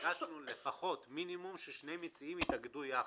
ביקשנו שמינימום שני מציעים יתאגדו יחד,